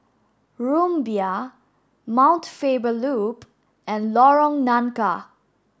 Rumbia Mount Faber Loop and Lorong Nangka